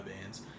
bands